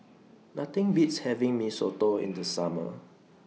Nothing Beats having Mee Soto in The Summer